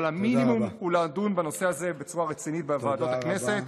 אבל המינימום הוא לדון בנושא הזה בצורה רצינית בוועדות הכנסת.